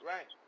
Right